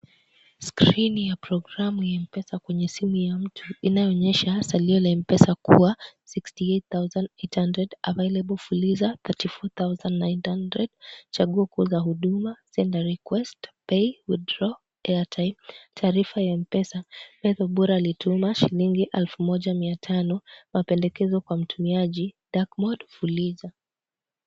Skrini ya programu ya mpesa kwenye simu ya mtu inayoonyesha salio la mpesa kuwa 68,800, available fuliza 34,900, chaguo kuu la huduma, send, request, pay, withraw, airtime , taarifa ya Mpesa. Faith Obura alituma shilingi 1,500, mapendekezo kwa mtumiaji, dark mode , fuliza.